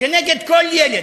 כנגד כל ילד,